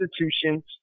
institutions